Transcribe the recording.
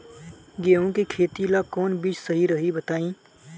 गेहूं के खेती ला कोवन बीज सही रही बताई?